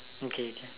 okay okay